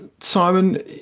Simon